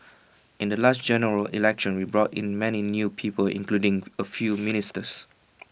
in the last General Election we brought in many new people including A few ministers